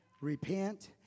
Repent